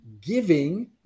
giving